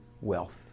wealth